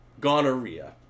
gonorrhea